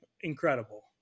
incredible